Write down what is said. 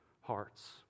hearts